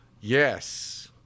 Yes